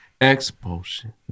Expulsion